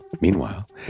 meanwhile